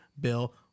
Bill